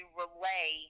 relay